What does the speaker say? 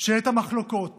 שאת המחלוקות